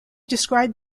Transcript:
described